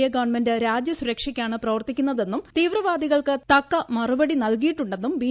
A government രാജ്യ സുരക്ഷയ്ക്കായാണ് പ്രവർത്തിക്കുന്നതെന്നും തീവ്രവാദികൾക്ക് തക്കമറുപടി നൽകിയിട്ടുണ്ടെന്നും ബി